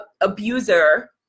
abuser